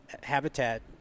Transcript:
habitat